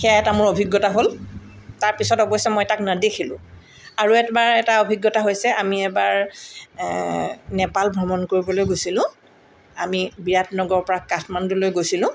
সেয়া এটা মোৰ অভিজ্ঞতা হ'ল তাৰপিছত অৱশ্যে মই তাক নেদেখিলোঁ আৰু একবাৰ এটা অভিজ্ঞতা হৈছে আমি এবাৰ নেপাল ভ্ৰমণ কৰিবলৈ গৈছিলোঁ আমি বিৰাট নগৰৰ পৰা কাঠমাণ্ডুলৈ গৈছিলোঁ